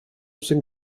sing